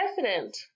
president